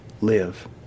live